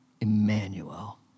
Emmanuel